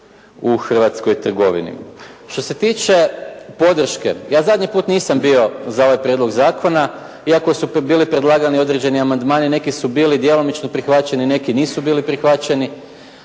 u hrvatskoj trgovini. Što se tiče podrške, ja zadnji puta nisam bio za ovaj prijedlog zakona iako su bili predlagani određeni amandmani, neki su bili djelomično prihvaćeni, neki nisu bili prihvaćeni,